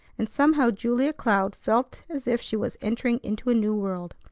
and somehow julia cloud felt as if she was entering into a new world.